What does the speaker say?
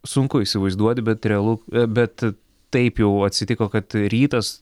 sunku įsivaizduoti bet realu bet taip jau atsitiko kad rytas